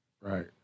right